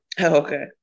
okay